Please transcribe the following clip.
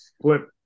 flip